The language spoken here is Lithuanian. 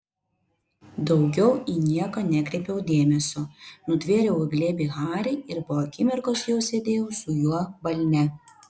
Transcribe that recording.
daugiau į nieką nekreipiau dėmesio nutvėriau į glėbį harį ir po akimirkos jau sėdėjau su juo balne